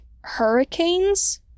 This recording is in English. hurricanes